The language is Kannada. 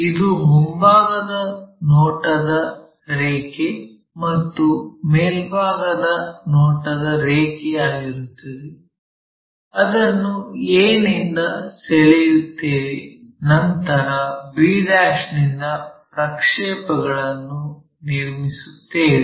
ಇದು ಮುಂಭಾಗದ ನೋಟದ ರೇಖೆ ಮತ್ತು ಮೇಲ್ಭಾಗದ ನೋಟದ ರೇಖೆ ಆಗಿರುತ್ತದೆ ಅದನ್ನು a ನಿಂದ ಸೆಳೆಯುತ್ತೇವೆ ನಂತರ b' ನಿಂದ ಪ್ರಕ್ಷೇಪಣಗಳನ್ನು ನಿರ್ಮಿಸುತ್ತೇವೆ